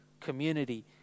community